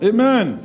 Amen